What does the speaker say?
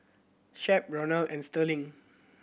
shep Ronald and Starling